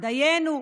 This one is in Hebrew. דיינו,